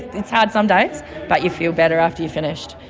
it's hard some days but you feel better after you've finished.